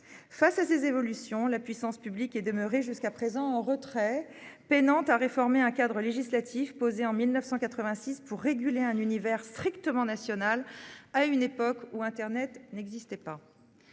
Face à ces évolutions, la puissance publique est demeurée jusqu'à présent en retrait, peinant à réformer un cadre législatif posé en 1986 pour réguler un univers strictement national à une époque où internet n'existait pas.